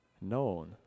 known